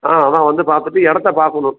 ஆ அதான் வந்து பார்த்துட்டு இடத்த பார்க்குணும்